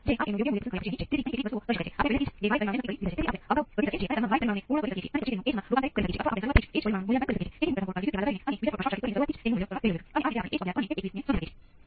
તેથી આનો ઉપાય એ છે કે તમે બધા સરળતાથી તેનો અંદાજ લગાવી શકો છો